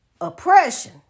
Oppression